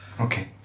Okay